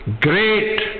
great